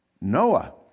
Noah